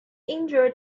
injured